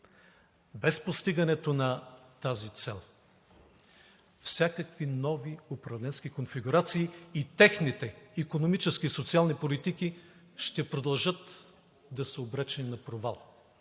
Без постигането на тази цел, всякакви нови управленски конфигурации и техните икономически и социални политики ще продължат да са обречени на провал,